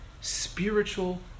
spiritual